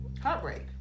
heartbreak